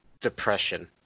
depression